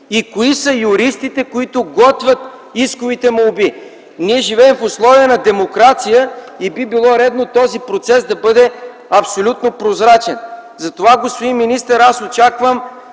и кои са юристите, които ги подготвят? Ние живеем в условия на демокрация и би било редно този процес да бъде абсолютно прозрачен. Затова, господин министър, аз очаквам